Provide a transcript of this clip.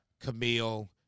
Camille